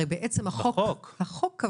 בחוק.